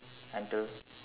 into